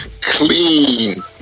clean